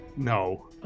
No